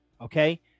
Okay